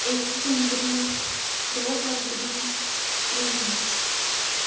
इक जनबरी दो फरबरी त्रेई मार्च